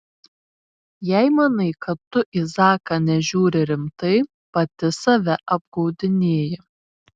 jei manai kad tu į zaką nežiūri rimtai pati save apgaudinėji